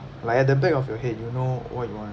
like at the back of your head you know what you want